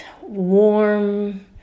warm